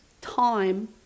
time